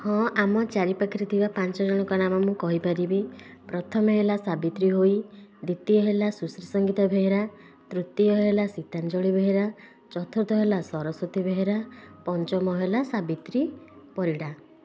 ହଁ ଆମ ଚାରିପାଖରେ ଥିବା ପାଞ୍ଚଜଣଙ୍କ ନାମ ମୁଁ କହିପାରିବି ପ୍ରଥମ ହେଲା ସାବିତ୍ରୀ ହୋଇ ଦ୍ୱିତୀୟ ହେଲା ସୁଶ୍ରୀ ସଙ୍ଗୀତା ବେହେରା ତୃତୀୟ ହେଲା ସୀତାଞ୍ଜଳୀ ବେହେରା ଚତୁର୍ଥ ହେଲା ସରସ୍ଵତୀ ବେହେରା ପଞ୍ଚମ ହେଲା ସାବିତ୍ରୀ ପରିଡ଼ା